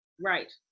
Right